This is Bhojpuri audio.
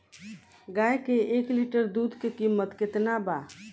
गाय के एक लीटर दुध के कीमत केतना बा?